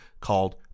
called